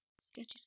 sketchy